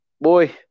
boy